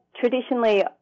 Traditionally